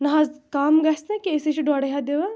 نہَ حظ کم گژھِ نا کیٚنٛہہ أسۍ ہَے چھِ ڈۄڈٕے ہَتھ دِوان